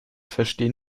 verstehen